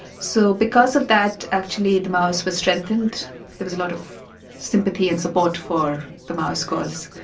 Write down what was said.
so, because of that actually the maoists were strengthened there was a lot of sympathy and support for the maoist cause,